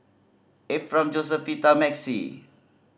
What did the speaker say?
Ephram Josefita and Maxie